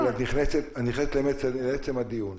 את נכנסת לעצם הדיון.